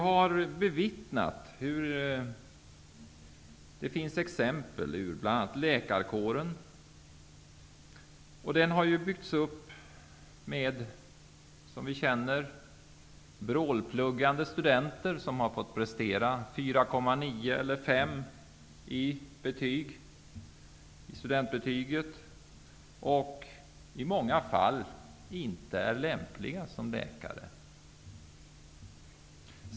Herr talman! Läkarkåren har som vi vet byggts upp med hjälp av vrålpluggande studenter, som har fått lov att prestera 4,9 eller 5,0 i studentbetyg och som i många fall inte är lämpliga som läkare.